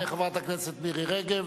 תודה רבה לחברת הכנסת מירי רגב.